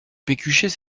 pécuchet